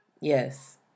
yes